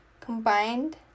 combined